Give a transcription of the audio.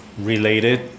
related